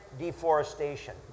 deforestation